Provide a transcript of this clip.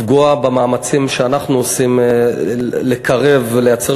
לפגוע במאמצים שאנחנו עושים לקרב ולייצר